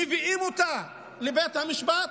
מביאים אותה לבית המשפט,